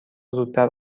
زودتر